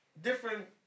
different